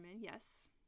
yes